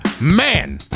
Man